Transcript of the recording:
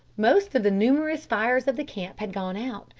most of the numerous fires of the camp had gone out,